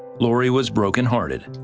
laurie was brokenhearted,